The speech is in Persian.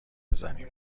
بزنیم